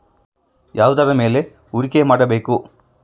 ಯಾವುದರ ಮೇಲೆ ಹೂಡಿಕೆ ಮಾಡಬೇಕು?